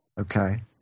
Okay